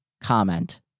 comment